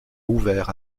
ouvert